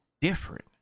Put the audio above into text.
different